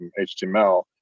HTML